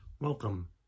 Welcome